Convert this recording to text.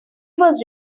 was